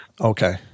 Okay